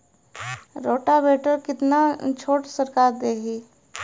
Rotavator में कितना छूट सरकार देही?